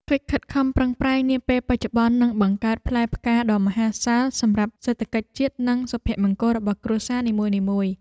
កិច្ចខិតខំប្រឹងប្រែងនាពេលបច្ចុប្បន្ននឹងបង្កើតផ្លែផ្កាដ៏មហាសាលសម្រាប់សេដ្ឋកិច្ចជាតិ និងសុភមង្គលរបស់គ្រួសារនីមួយៗ។